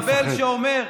מחבל שאומר: